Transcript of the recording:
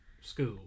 school